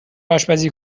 آشپزی